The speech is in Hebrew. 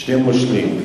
שני מושלים.